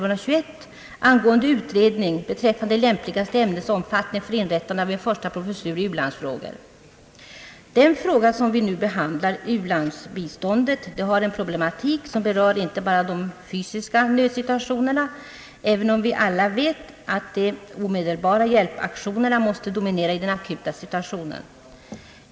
Den fråga som vi nu behandlar, nämligen om u-landsbiståndet, har en problematik som berör inte bara de fysiska nödsituationerna, även om vi alla vet att de omedelbara hjälpaktionerna måste dominera i den akuta situationen.